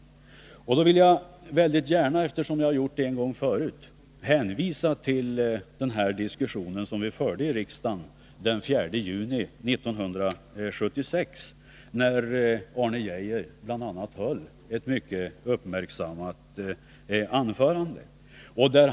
Jag vill väldigt gärna än en gång hänvisa till den diskussion som vi förde här i riksdagen den 4 juni 1976, när Arne Geijer höll ett mycket uppmärksammat anförande.